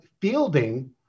fielding